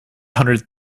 hundred